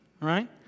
right